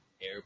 air